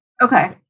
Okay